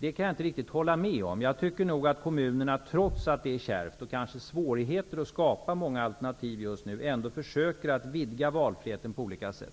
Det kan jag inte riktigt hålla med om. Jag tycker nog att kommunerna, trots att det är kärvt och att de har svårigheter att skapa många alternativ, ändå försöker att vidga valfriheten på olika sätt.